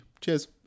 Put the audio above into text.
Cheers